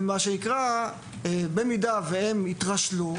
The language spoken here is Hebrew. במידה והם יתרשלו,